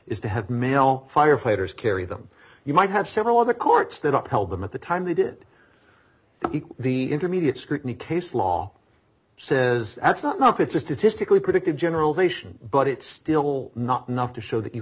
is to have male firefighters carry them you might have several of the courts that upheld them at the time they did the intermediate scrutiny case law says that's not enough it's a statistically predictive generalisation but it's still not enough to show that you